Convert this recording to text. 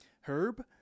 Herb